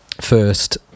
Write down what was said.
first